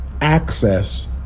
access